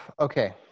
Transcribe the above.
okay